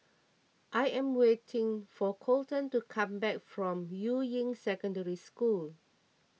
I am waiting for Colten to come back from Yuying Secondary School